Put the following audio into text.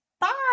bye